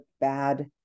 bad